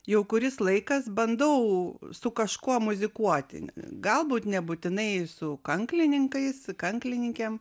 jau kuris laikas bandau su kažkuo muzikuoti galbūt nebūtinai su kanklininkais kanklininkėm